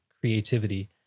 creativity